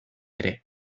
ere